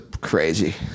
crazy